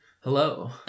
Hello